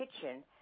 kitchen